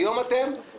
היום אתם מתעלמים ממנו.